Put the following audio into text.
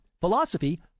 philosophy